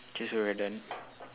K so we're done